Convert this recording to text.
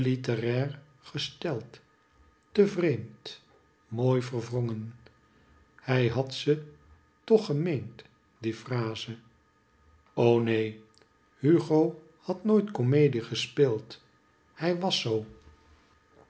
gesteld te vreemd mooi verwrongen hij had ze toch gemeend die fraze o neen hugo had nooit komedie gespeeld hij was zoo